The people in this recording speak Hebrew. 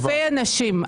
אלפי אנשים.